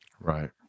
Right